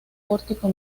pórtico